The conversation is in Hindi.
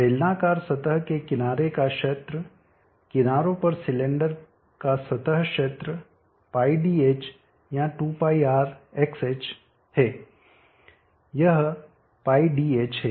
बेलनाकार सतह के किनारे का क्षेत्र किनारों पर सिलेंडर का सतह क्षेत्र πdh या 2πrxh है यह πdh है